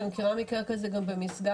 כי אני מכירה מקרה כזה גם במשגב,